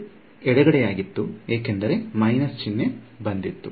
ಅದು ಎಡಗಡೆಯಾಗಿತ್ತು ಏಕೆಂದರೆ ಮೈನಸ್ ಚಿಹ್ನೆ ಬಂದಿತು